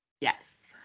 Yes